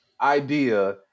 idea